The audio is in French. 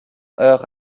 heurt